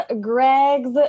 Greg's